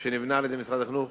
שנבנה על-ידי משרד החינוך